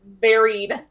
varied